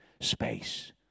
space